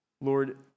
Lord